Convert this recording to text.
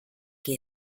que